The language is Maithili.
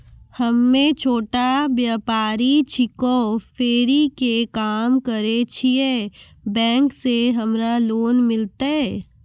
हम्मे छोटा व्यपारी छिकौं, फेरी के काम करे छियै, बैंक से हमरा लोन मिलतै?